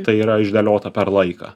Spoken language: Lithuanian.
tai yra išdėliota per laiką